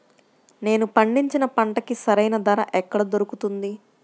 నేను పండించిన పంటకి సరైన ధర ఎక్కడ దొరుకుతుంది?